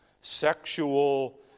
sexual